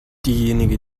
diejenige